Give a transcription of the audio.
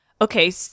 okay